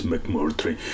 McMurtry